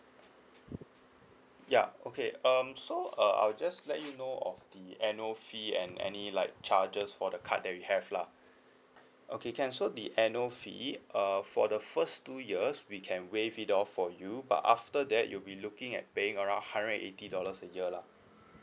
ya okay um so uh I'll just like you know of the annual fee and any like charges for the card that we have lah okay can so the annual fee uh for the first two years we can waive it off for you but after that you'll be looking at paying around hundred and eighty dollars a year lah